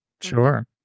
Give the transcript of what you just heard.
Sure